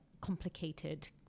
complicated